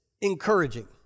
encouraging